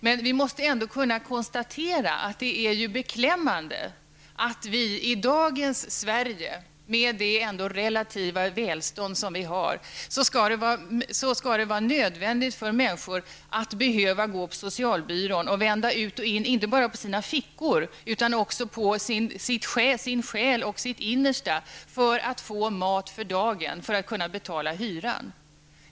Men vi måste kunna konstatera att det är beklämmande att det i dagens Sverige, med det relativa välstånd som vi har, skall vara nödvändigt för människor att gå på socialbyrån och vända ut och in inte bara på sina fickor utan också på sitt innersta för att få mat för dagen och för att kunna betala hyran.